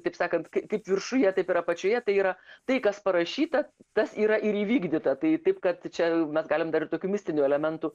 taip sakant kaip viršuje taip ir apačioje tai yra tai kas parašyta tas yra ir įvykdyta tai taip kad čia mes galim dar ir tokių mistinių elementų